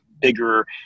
bigger